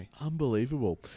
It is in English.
Unbelievable